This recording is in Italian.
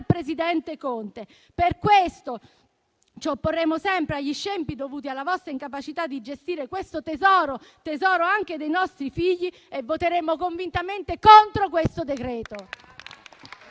presidente Conte. Per tale ragione ci opporremo sempre agli scempi dovuti alla vostra incapacità di gestire questo tesoro, anche dei nostri figli, e voteremo convintamente contro il decreto-legge